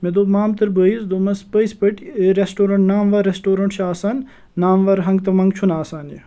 مےٚ دوٚپ مامتٕرۍ بھٲیِس دوٚپمَس پٔزۍ پٲٹھۍ ٲں ریٚسٹورنٛٹ ناموَر ریٚسٹورنٛٹ چھُ آسان ناموَر ہَنٛگہٕ تہٕ منٛگہٕ چھُنہٕ آسان یہِ